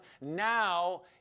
Now